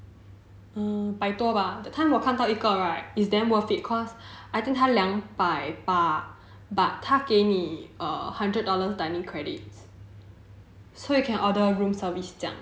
um 百多吧 that time 我看到一个 right it's damn worth it cause I think 他两百八 but 他给你 hundred dollars dining credit so you can order room service 这样